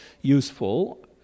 useful